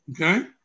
Okay